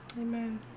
Amen